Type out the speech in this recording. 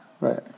Right